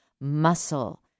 muscle